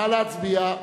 נא להצביע.